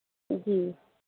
जी